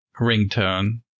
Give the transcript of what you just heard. ringtone